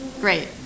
Great